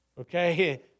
okay